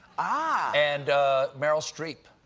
ah and meryl streep,